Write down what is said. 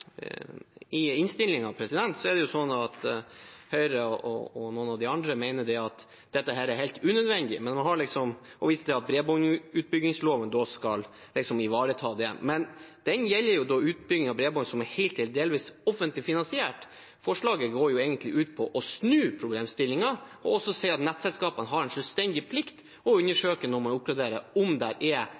det fram at Høyre og noen av de andre mener at dette er helt unødvendig, de viser til at bredbåndsutbyggingsloven skal ivareta det. Men den gjelder utbygging av bredbånd som er helt eller delvis offentlig finansiert. Forslaget går ut på å snu problemstillingen og si at nettselskapene har en selvstendig plikt til å undersøke, når de oppgraderer, om det er